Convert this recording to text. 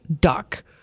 duck